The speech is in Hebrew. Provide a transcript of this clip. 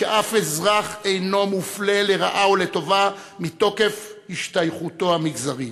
ששום אזרח אינו מופלה לרעה או לטובה מתוקף השתייכותו המגזרית.